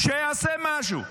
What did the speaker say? שיעשה משהו.